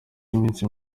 iminsi